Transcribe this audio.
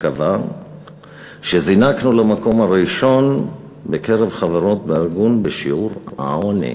שקבע שזינקנו למקום הראשון בקרב חברות הארגון בשיעור העוני.